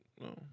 no